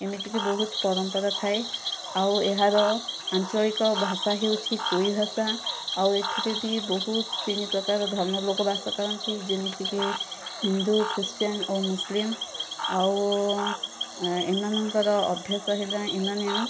ଏମିତିକି ବହୁତ ପରମ୍ପରା ଥାଏ ଆଉ ଏହାର ଆଞ୍ଚଳିକ ଭାଷା ହେଉଛି କୁଇ ଭାଷା ଆଉ ଏଥିରେ ବି ବହୁତ ତିନି ପ୍ରକାର ଧର୍ମର ଲୋକ ବାସ କରନ୍ତି ଯେମିତିକି ହିନ୍ଦୁ ଖ୍ରୀଷ୍ଟିଆନ୍ ଓ ମୁସଲିମ ଆଉ ଏମାନଙ୍କର ଅଭ୍ୟାସ ହେଲା ଏମାନେ